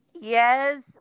Yes